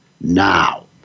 now